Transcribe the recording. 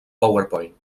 powerpoint